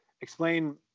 explain